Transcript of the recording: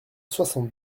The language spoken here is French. soixante